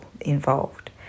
involved